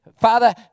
Father